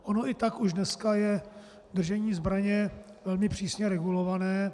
Ono i tak už dneska je držení zbraně velmi přísně regulované.